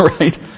right